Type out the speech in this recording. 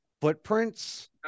footprints